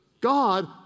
God